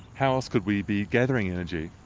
how else could we be gathering energy?